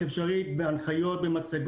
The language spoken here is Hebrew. העובדה שאי אפשר לעשות את ההבדל בין מוצרים